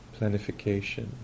planification